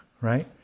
right